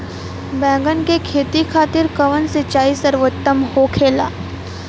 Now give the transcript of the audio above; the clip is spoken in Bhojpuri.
बैगन के खेती खातिर कवन सिचाई सर्वोतम होखेला?